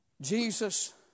Jesus